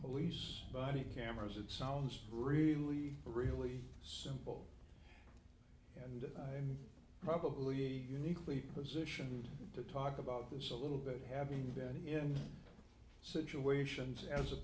police buddy cameras it sounds really really simple and i'm probably uniquely positioned to talk about this a little bit having been in situations as a